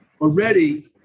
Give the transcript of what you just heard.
already